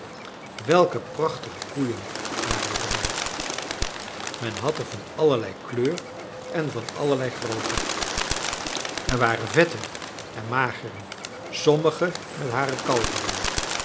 welke prachtige koeien waren er bij men had er van allerlei kleur en van allerlei grootte er waren vette en magere sommige met hare kalveren